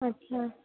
अच्छा